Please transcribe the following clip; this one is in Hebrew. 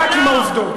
רק עם עובדות.